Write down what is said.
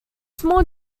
small